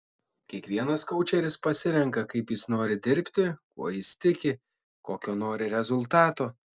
kiekvienas koučeris pasirenka kaip jis nori dirbti kuo jis tiki kokio nori rezultato